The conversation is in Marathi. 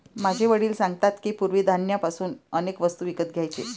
माझे वडील सांगतात की, पूर्वी धान्य पासून अनेक वस्तू विकत घ्यायचे